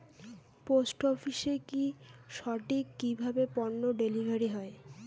Post অফিসে কি সঠিক কিভাবে পন্য ডেলিভারি হয়?